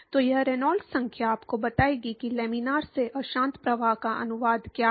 तो यह रेनॉल्ड्स संख्या आपको बताएगी कि लामिना से अशांत प्रवाह का अनुवाद क्या है